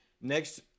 Next